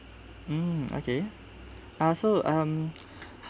mm okay ah so um